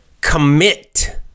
commit